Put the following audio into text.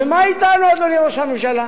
ומה אתנו, אדוני ראש הממשלה,